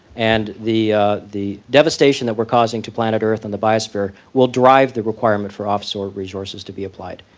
and the the devastation that we're causing to planet earth and the biosphere will drive the requirement for offshore resources to be applied.